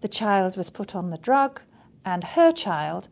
the child was put on the drug and her child,